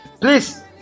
please